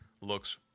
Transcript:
Looks